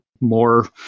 more